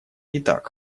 итак